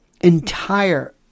entire